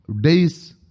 days